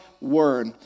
word